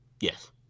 yes